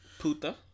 Puta